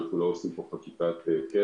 אנחנו לא עושים פה חקיקת קבע.